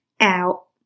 out